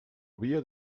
havia